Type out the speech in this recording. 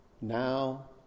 Now